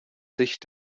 sicht